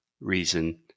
reason